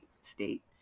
state